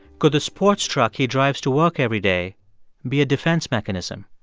could the sports truck he drives to work every day be a defense mechanism?